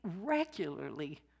regularly